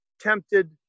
tempted